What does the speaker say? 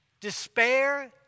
despair